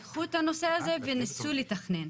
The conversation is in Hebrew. לקחו את הנושא הזה וניסו לתכנן.